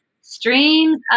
Streams